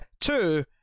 two